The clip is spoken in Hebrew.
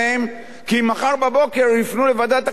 כי מחר בבוקר יפנו לוועדת הכנסת ויגידו